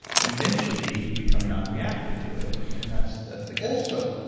eventually you become non-reactive to it and and that's that's the gift also,